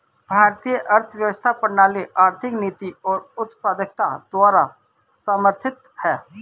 भारतीय अर्थव्यवस्था प्रणाली आर्थिक नीति और उत्पादकता द्वारा समर्थित हैं